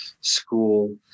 school